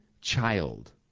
child